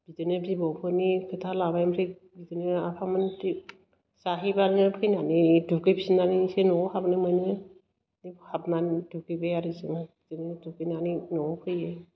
बिदिनो बिबौफोरनि खोथा लाबाय ओमफ्राय बिदिनो आफामोन जाहैबानो फैनानै दुगैफिन्नानैसो न'आव हाबनो मोनो बेव हाबनानै दुगैबाय आरो जोङो बिदिनो दुगैनानै न'आव फैयो